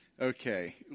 Okay